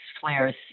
flares